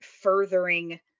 furthering